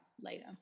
later